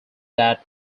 that